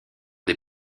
des